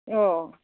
अह